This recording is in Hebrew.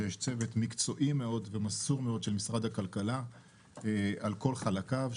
שיש צוות מקצועי מאוד ומסור מאוד של משרד הכלכלה על כל חלקיו,